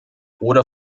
oder